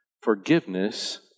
Forgiveness